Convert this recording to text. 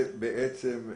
בעצם,